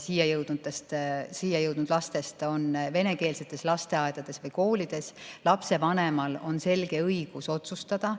siia jõudnud lastest on venekeelsetes lasteaedades või koolides. Lapsevanemal on selge õigus otsustada,